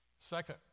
second